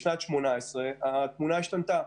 בשנת 2018 התמונה השתנתה,